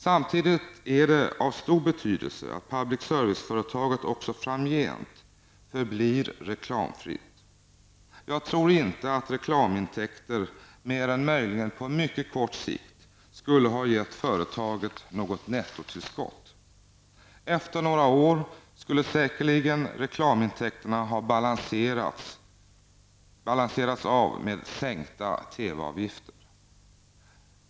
Samtidigt är det av stor betydelse att public service-företaget också framgent förblir reklamfritt. Jag tror inte att reklamintäkter, mer än möjligen på mycket kort sikt, skulle ha gett företaget något nettotillskott. Efter några år skulle reklamintäkterna säkerligen ha balanserats av med sänkta TV-avgifter.